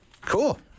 Cool